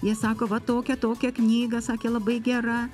jie sako va tokia tokia knyga sakė labai gera